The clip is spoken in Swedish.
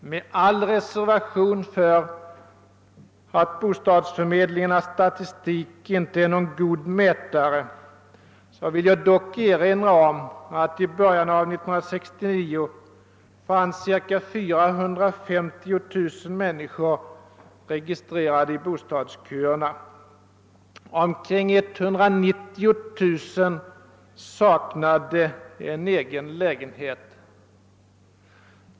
Med all reservation för att bostadsförmedlingarnas statistik inte är någon god mätare vill jag dock erinra om att det i början av 1969 fanns 450 000 människor registrerade i bostadsköerna. Omkring 190 000 saknade egen lägenhet.